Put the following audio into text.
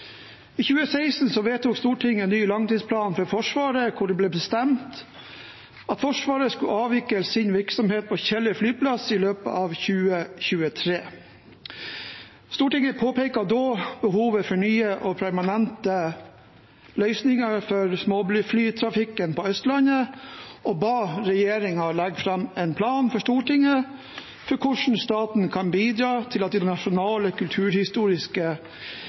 I 2016 vedtok Stortinget ny langtidsplan for Forsvaret, hvor det ble bestemt at Forsvaret skulle avvikle sin virksomhet på Kjeller flyplass i løpet av 2023. Stortinget påpekte da behovet for nye og permanente løsninger for småflytrafikken på Østlandet og ba regjeringen legge fram for Stortinget en plan for hvordan staten kan bidra til at de nasjonale kulturhistoriske